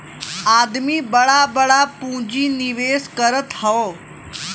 आदमी बड़ा बड़ा पुँजी निवेस करत हौ